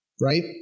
right